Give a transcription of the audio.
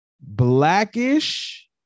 blackish